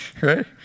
Right